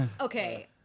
Okay